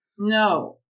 no